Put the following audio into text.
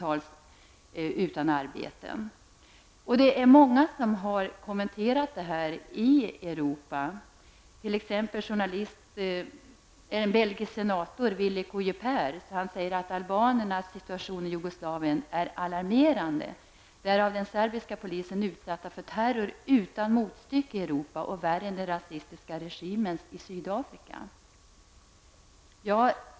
Det finns många ute i Europa som har kommenterat detta. T.ex. en belgisk senator, Vili Kujipers, säger att albanernas situation i Jugoslavien är alarmerande. De är utsatta för en terror utan motstycke i Europa av den serbiska polisen. Den är värre än den rasistiska regimens i Sydafrika.